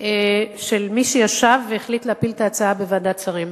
של מי שישב והחליט להפיל את ההצעה בוועדת שרים.